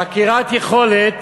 חקירת יכולת